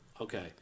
Okay